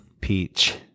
Peach